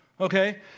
okay